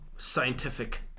Scientific